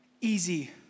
easy